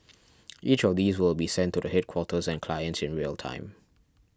each of these will be sent to the headquarters and clients in real time